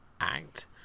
act